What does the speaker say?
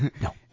No